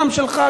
גם שלך,